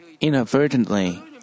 inadvertently